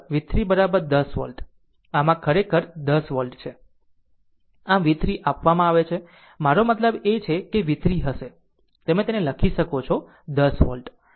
આમ v 3 આપવામાં આવે છે મારો મતલબ એ છે કે v 3 હશે તમે લખી શકો છો 10 વોલ્ટ છે